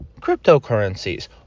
cryptocurrencies